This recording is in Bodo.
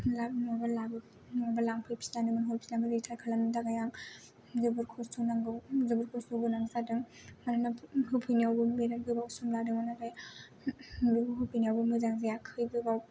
लाबोफिनदो लांफैफिनना हरफिनानखै रिटार्न खालामफिननो थाखाय आं जोबोद खस्थ नांगौ जोबोद खस्थ गोनां जादों आरो होफैनायावबो गोबां जेंना जादोंमोन नाथाय बेखौ होफैनायाव मोजां जायाखै गोबां